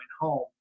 home